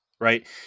right